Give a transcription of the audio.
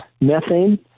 Methane